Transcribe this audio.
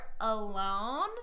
alone